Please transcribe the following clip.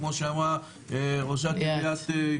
כמו שאמרה ראשת אור יהודה,